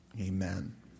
amen